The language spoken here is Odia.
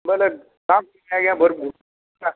ବେଲେ ଆଜ୍ଞା ଭର୍ମୁ